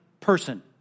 person